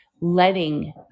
letting